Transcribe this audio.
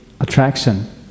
attraction